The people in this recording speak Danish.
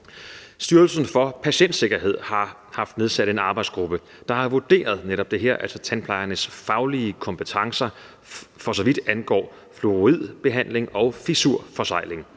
Styrelsen for Patientsikkerhed har haft nedsat en arbejdsgruppe, der har vurderet netop det her, altså tandplejernes faglige kompetencer, for så vidt angår fluoridbehandling og fissurforsegling,